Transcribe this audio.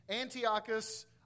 antiochus